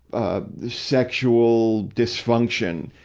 ah, sexual dysfunction.